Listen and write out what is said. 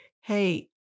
hey